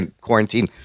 quarantine